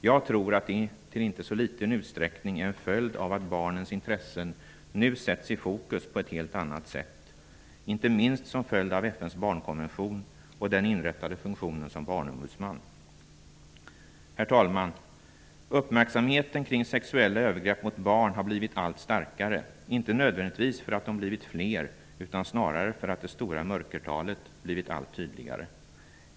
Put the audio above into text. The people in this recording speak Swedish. Jag tror att det i inte så liten utsträckning är en följd av att barnens intressen nu sätts i fokus på ett helt annat sätt, inte minst såsom en följd av FN:s barnkonvention och den inrättade funktionen såsom barnombudsman. Herr talman! Uppmärksamheten kring sexuella övergrepp mot barn har blivit allt starkare -- inte nödvändigtvis därför att de har blivit fler utan snarare därför att det stora mörkertalet har blivit allt tydligare.